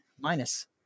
minus